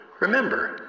Remember